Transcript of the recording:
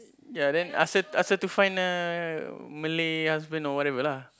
ya then ask her ask her to find a Malay husband or whatever lah